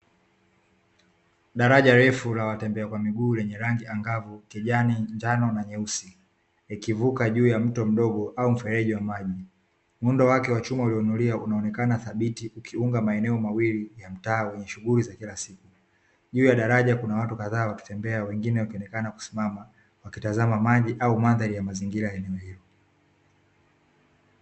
Daraja refu la watembea kwa miguu lenye rangi angavu, kijani, njano na nyeusi. Likivuka juu ya mto mdogo au mfereji, muundo wake wa chuma ulioinuliwa unaonekana dhabiti, ukiunga maeneo mawili ya mtaa wenye shughuli za kila siku. Juu ya daraja kuna watu kadhaa wakitembea, wengine wakionekana kusimama, wakitazama maji au mandhari ya mazingira ya hapo.